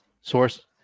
Source